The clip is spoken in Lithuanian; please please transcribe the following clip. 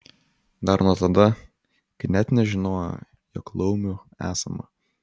dar nuo tada kai net nežinojo jog laumių esama